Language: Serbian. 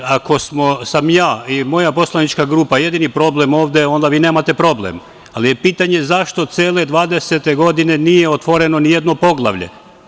Ako sam ja i moja poslanička grupa jedini problem ovde, onda vi nemate problem, ali je pitanje zašto cele 2020. godine nije otvoreno ni jedno poglavlje?